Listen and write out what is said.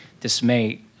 dismay